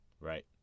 Right